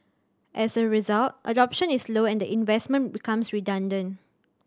as a result adoption is low and the investment becomes redundant